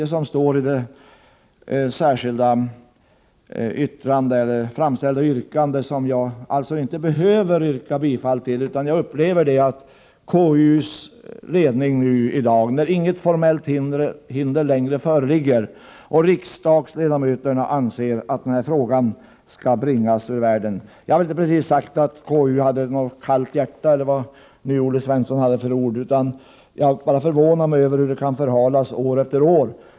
Jag behöver alltså inte instämma i det särskilda yrkandet, utan jag upplever att konstitutionsutskottets ledning nu i dag menar att inget formellt hinder längre föreligger och riksdagsledamöterna anser att denna fråga skall bringas ur världen. Jag har inte precis sagt att konstitutionsutskottet hade något kallt hjärta eller vad Olle Svensson använde för ord. Jag bara förvånar mig över hur detta kan förhalas år efter år.